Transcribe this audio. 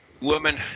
Woman